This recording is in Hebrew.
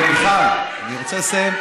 לתת לו גיבוי, אבל אני רוצה לסיים.